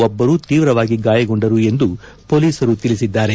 ಒಬ್ಬರು ತೀವ್ರವಾಗಿ ಗಾಯಗೊಂಡರು ಎಂದು ಮೊಲೀಸರು ತಿಳಿಸಿದ್ದಾರೆ